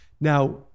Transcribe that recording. Now